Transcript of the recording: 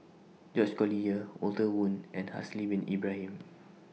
George Collyer Walter Woon and Haslir Bin Ibrahim